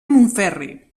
montferri